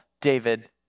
David